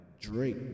Drake